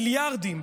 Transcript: מיליארדים,